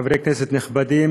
חברי כנסת נכבדים,